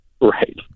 Right